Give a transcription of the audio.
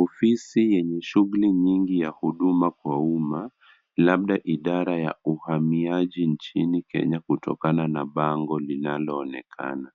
Ofisi yenye shughuli nyinyi ya huduma kwa umma, labda idara ya uhamiaji nchini Kenya kutokana na bango linaloonekana.